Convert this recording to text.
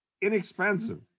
inexpensive